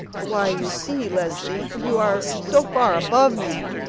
why, you see, leslie, you are so far above me